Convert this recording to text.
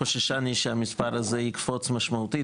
חוששני שהמספר הזה יקפוץ משמעותית.